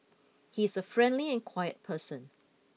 he is a friendly and quiet person